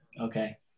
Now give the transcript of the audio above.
okay